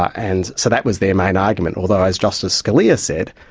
and so that was their main argument. although, as justice scalia said,